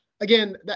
again